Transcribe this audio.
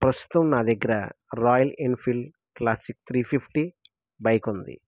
ప్రస్తుతం నా దగ్గర Royal Enfield Classic three fifty bike ఉంది